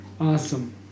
Awesome